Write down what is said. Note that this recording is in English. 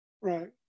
Right